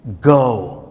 Go